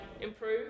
improve